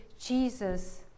Jesus